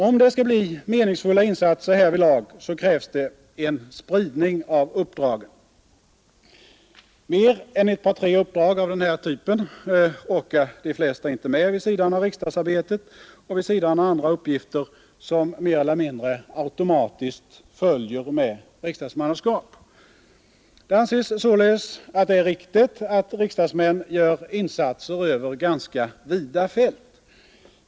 Om det skall bli meningsfulla insatser härvidlag krävs det en spridning av uppdragen. Mer än ett par tre uppdrag av denna typ orkar de flesta inte med vid sidan av riksdagsarbetet och andra uppgifter som mer eller mindre automatiskt följer med riksdagsmannaskapet. Det anses således riktigt att riksdagsmän gör insatser över ganska vida fält.